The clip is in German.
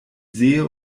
sehe